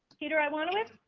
peter i want to.